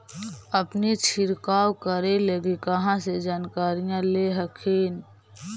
अपने छीरकाऔ करे लगी कहा से जानकारीया ले हखिन?